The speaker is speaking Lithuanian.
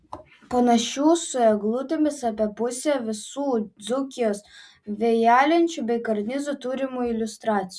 panašių su eglutėmis apie pusė visų dzūkijos vėjalenčių bei karnizų turimų iliustracijų